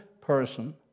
person